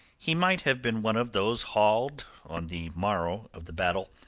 he might have been one of those haled, on the morrow of the battle,